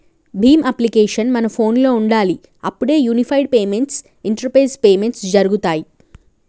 Bhim application మన ఫోనులో ఉండాలి అప్పుడే యూనిఫైడ్ పేమెంట్స్ ఇంటరపేస్ పేమెంట్స్ జరుగుతాయ్